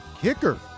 Kicker